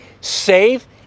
save